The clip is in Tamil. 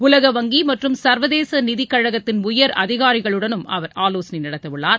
உலக வங்கி மற்றும் சர்வதேச நிதிக்கழகத்தின் உயர் அதிகாரிகளுடனும் அவர் ஆலோசனை நடத்த உள்ளார்